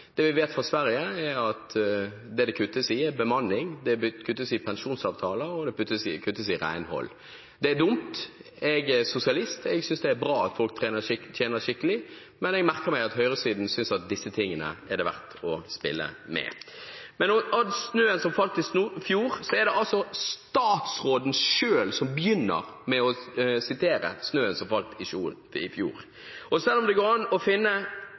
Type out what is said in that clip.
Det vi vet fra Sverige, er at det kuttes i bemanning, det kuttes i pensjonsavtaler og det kuttes i renhold. Det er dumt. Jeg er sosialist, og jeg synes det er bra at folk tjener skikkelig – men jeg merker meg at høyresiden synes at disse tingene er det verdt å spille med. Når det gjelder snøen som falt i fjor, var det statsråden selv som begynte å snakke om den. Selv om det går an å finne